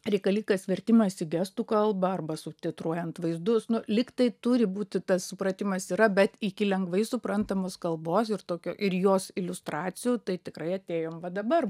reikalingas vertimas į gestų kalbą arba subtitruojant vaizdus nu lyg tai turi būti tas supratimas yra bet iki lengvai suprantamos kalbos ir tokio ir jos iliustracijų tai tikrai atėjom va dabar